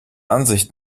ansicht